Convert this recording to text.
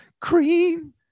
Cream